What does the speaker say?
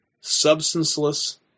Substanceless